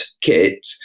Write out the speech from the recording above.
kit